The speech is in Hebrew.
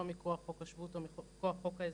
מכוח חוק השבות או מכוח חוק האזרחות.